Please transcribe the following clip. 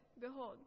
Behold